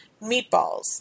meatballs